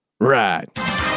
Right